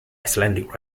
icelandic